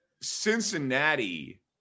Cincinnati